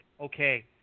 Okay